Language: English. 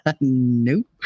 Nope